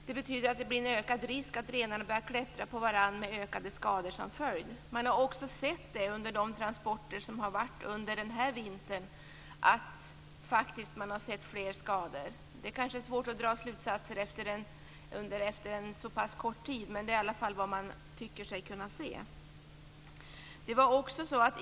Det betyder att risken nu är större att renarna börjar klättra på varandra, med ökade skador som följd. Man har under de transporter som förekommit denna vinter noterat fler skador. Det är kanske svårt att dra slutsatser efter en så pass kort tid men det är i varje fall vad man tycker sig kunna se.